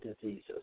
diseases